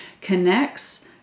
connects